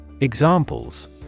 Examples